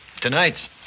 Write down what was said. Tonight's